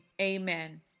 amen